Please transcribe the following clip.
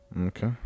Okay